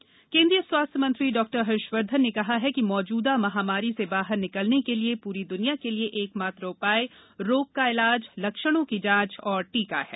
हर्षवर्धन महामारी केंद्रीय स्वास्थ्य मंत्री डॉक्टर हर्षवर्धन न कहा है कि मौजूदा महामारी स बाहर निकलन क लिए पूरी द्रनिया क लिए एक मात्र उपाय रोग का इलाज लक्षणों की जांच और टीका है